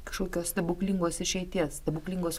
kažkokios stebuklingos išeities stebuklingos